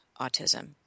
autism